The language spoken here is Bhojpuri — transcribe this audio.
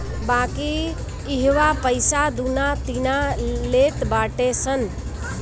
बाकी इहवा पईसा दूना तिना लेट बाटे सन